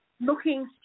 looking